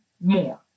more